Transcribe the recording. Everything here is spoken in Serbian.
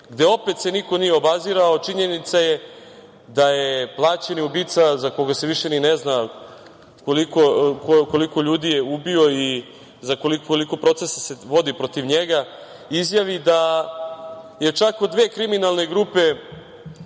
se opet niko nije obazirao, a činjenica je da je plaćeni ubica za koga se više i ne zna koliko ljudi je ubio i koliko procesa se vodi protiv njega izjavi da je čak u dve kriminalne grupe